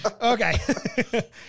Okay